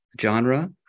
genre